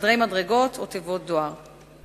חדרי מדרגות או תיבות דואר.